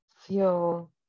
feel